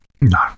No